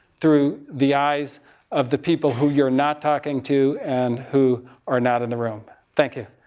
through the eyes of the people who you're not talking to. and who are not in the room. thank you.